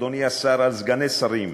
אדוני השר, על סגני שרים.